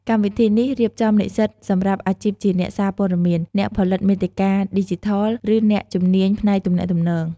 កម្មវិធីនេះរៀបចំនិស្សិតសម្រាប់អាជីពជាអ្នកសារព័ត៌មាន អ្នកផលិតមាតិកាឌីជីថល ឬអ្នកជំនាញផ្នែកទំនាក់ទំនង។